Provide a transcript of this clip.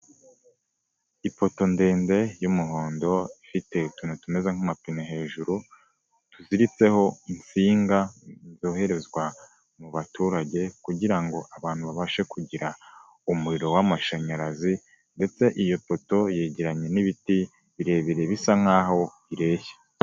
Ipoto ndende y'umuhondo ifite utuntu tumeze nk'amapine hejuru, tuziritseho insinga zoherezwa mu baturage kugira ngo abantu babashe kugira umuriro w'amashanyarazi, ndetse iyo poto yegeranye n'ibiti birebire bisa nkaho bireshya.